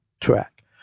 track